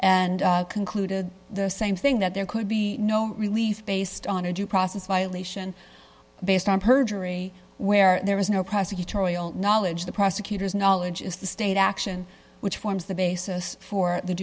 and concluded the same thing that there could be no relief based on a due process violation based on perjury where there is no prosecutorial knowledge the prosecutors knowledge is the state action which forms the basis for the